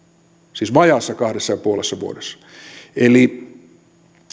siis vajaassa kahdessa ja puolessa vuodessa eli